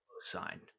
sign